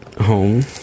Home